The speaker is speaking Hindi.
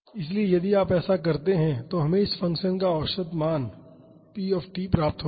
इसलिए यदि आप ऐसा करते हैं तो हमें इस फ़ंक्शन का औसत मान p t प्राप्त होगा